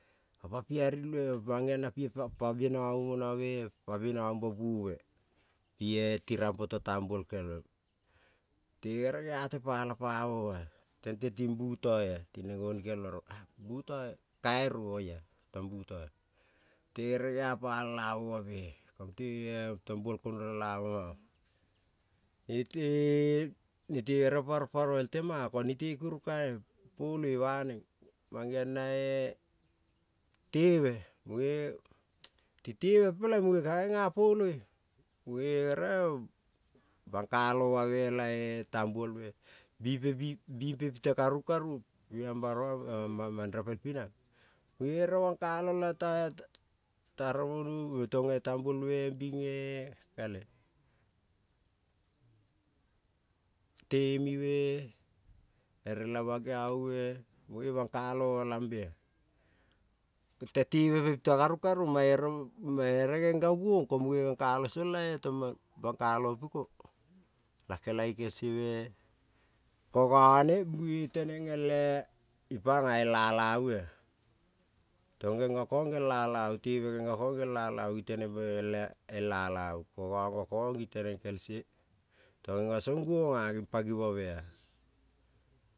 Opai pia rolve mang-geong pi pa pa binavu moname pa benavumba buove, tie tirang poto tambuol kelve mute gere gea te pala pamo oma-a tente ting butoi-a tineng gonikelmo rong kairo oia tong butoi-a mute, gere gea pala lamo oma mea ko mute-e tong buol kondola lamo oma-a, nete ere paro paro el tema ko nete kurung kae poloi baneng mang-geong na-e teve muge, ti teve peleng muge kae genga poloi muge gere bargkalomame la-e tambuol-me, bimpe bi bimpe pinte karung karung pi mambaro mang repel pinang, muge gere bangkalo la-e taragonuvu tonge tambuol be me bing-nge kale, temi-me ere la bakiavu-me munge bangkaloal lambe-a, te teve be bite karung karung mae rong mae ere geng-ga guong ko muge geng kalo song la-e gongkalo opiko, la kelai ikel se-me ko gane gi teneng ete ipanga el alavu-a, tong geng-ga kong gel alavu teve geng-ga kong gel alavu gi teneng el alavu ko gong-gokong gi teneng kese tong ngengo song guong-a ging pagivave-a.